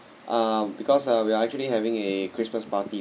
uh because uh we actually having a christmas party